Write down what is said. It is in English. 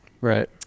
Right